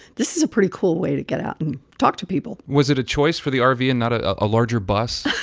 this is a pretty cool way to get out and talk to people was it a choice for the rv and not ah a larger bus?